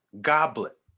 goblet